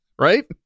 Right